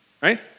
right